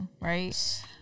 right